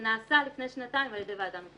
זה נעשה לפני שנתיים על ידי ועדה מקצועית.